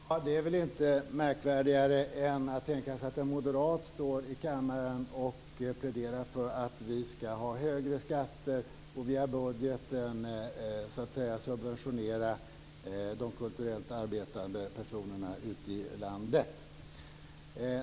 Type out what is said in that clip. Herr talman! Det är väl inte märkvärdigare än att tänka sig att en moderat står i kammaren och pläderar för att vi skall ha högre skatter och via budgeten subventionera de kulturellt arbetande personerna ute i landet.